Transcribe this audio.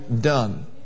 done